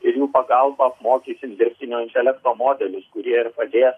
ir jų pagalba apmokysim dirbtinio intelekto modelius kurie ir padės